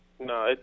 No